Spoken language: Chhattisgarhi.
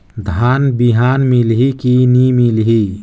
धान बिहान मिलही की नी मिलही?